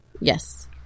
Yes